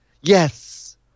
Yes